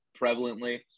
prevalently